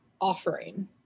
offering